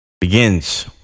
Begins